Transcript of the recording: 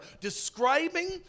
describing